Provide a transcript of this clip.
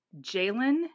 Jalen